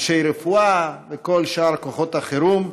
אנשי רפואה וכל שאר כוחות החירום.